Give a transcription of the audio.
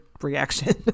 reaction